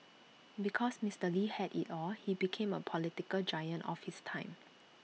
because Mister lee had IT all he became A political giant of his time